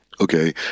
Okay